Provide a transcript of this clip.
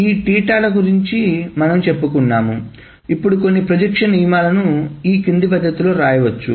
ఈ s ల గురించి మనం చెప్పుకున్నాం ఇప్పుడు కొన్ని ప్రొజెక్షన్ నియమాలను క్రింది పద్ధతిలో వ్రాయవచ్చు